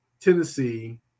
Tennessee